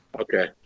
Okay